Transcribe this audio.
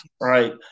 Right